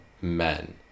men